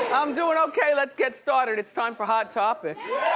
i'm doing okay, let's get started. it's time for hot topics.